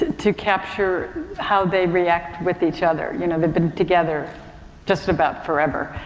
to, to capture how they react with each other. you know, they've been together just about forever,